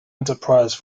enterprise